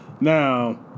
Now